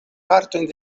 partojn